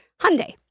Hyundai